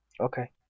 okay